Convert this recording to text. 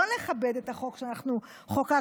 לא נכבד את החוק שאנחנו חוקקנו,